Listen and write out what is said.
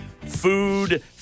Food